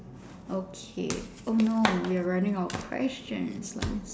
okay oh no we are running out of questions let me see